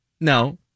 No